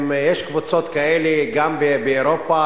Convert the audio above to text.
יש קבוצות כאלה גם באירופה,